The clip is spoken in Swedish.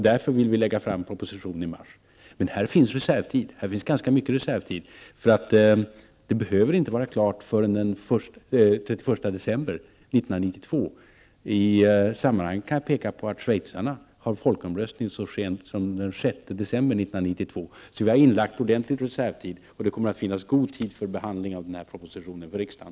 Därför vill vi lägga fram en proposition i mars. Men här finns ganska mycket reservtid. Det behöver inte vara klart förrän den 31 I sammanhanget kan jag peka på att schweizarna har folkomröstning så sent som den 6 december 1992. Vi har lagt in ordentligt med reservtid, och det kommer att finnas god tid för behandling av den här propositionen i riksdagen.